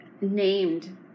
named